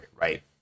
right